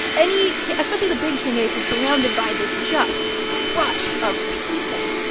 any especially the big candidates are surrounded by this just crush of people.